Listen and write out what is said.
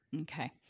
Okay